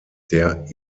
der